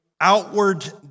outward